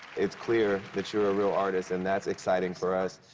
it's clear that you're a real artist, and that's exciting for us.